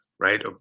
Right